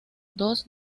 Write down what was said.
dos